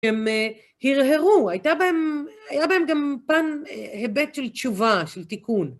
שהם הרהרו, הייתה בהם גם פן היבט של תשובה, של תיקון.